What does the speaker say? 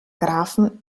grafen